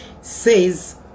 says